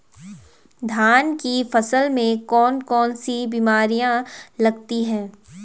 धान की फसल में कौन कौन सी बीमारियां लगती हैं?